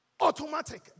Automatic